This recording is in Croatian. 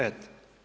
Eto.